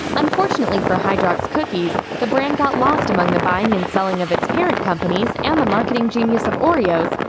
unfortunately for hydrox cookies, the brand got lost among the buying and selling of its parent companies, and the marketing genius of oreos,